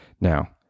Now